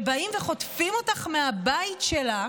שבאים וחוטפים אותך מהבית שלך,